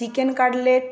chicken cutlet